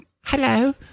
Hello